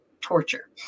torture